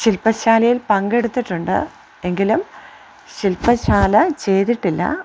ശില്പശാലയിൽ പങ്കെടുത്തിട്ടുണ്ട് എങ്കിലും ശില്പശാല ചെയ്തിട്ടില്ല